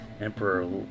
Emperor